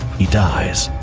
he dies.